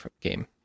game